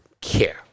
care